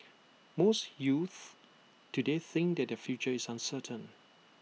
most youths today think that their future is uncertain